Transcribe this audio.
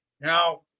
Now